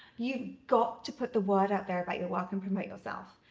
you've got to put the word out there about your work and promote yourself.